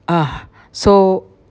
ugh so